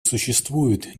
существует